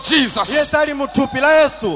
Jesus